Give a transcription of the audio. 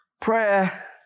Prayer